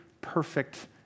perfect